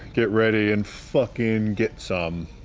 get ready and fucking get some.